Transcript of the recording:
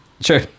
Sure